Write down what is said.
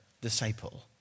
disciple